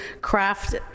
craft